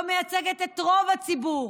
לא מייצגת את רוב הציבור